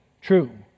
True